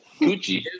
Gucci